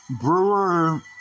Brewer